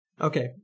Okay